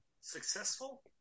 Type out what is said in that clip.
Successful